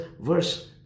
verse